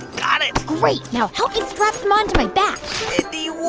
got it great. now help me strap them onto my back mindy,